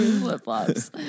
flip-flops